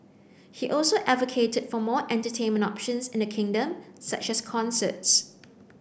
he also advocated for more entertainment options in the kingdom such as concerts